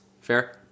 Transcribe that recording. Fair